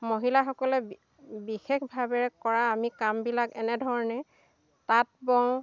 মহিলাসকলে বিশেষভাৱেৰে কৰা আমি কামবিলাক এনেধৰণে তাঁত বওঁ